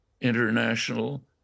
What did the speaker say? international